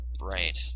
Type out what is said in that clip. Right